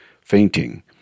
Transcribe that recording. fainting